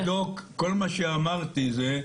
ניסיתי לבדוק, כל מה שאמרתי זה,